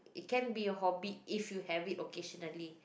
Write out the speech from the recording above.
it can be your hobby if you have it occasionally